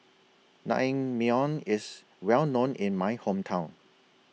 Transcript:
Naengmyeon IS Well known in My Hometown